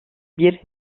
bir